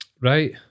Right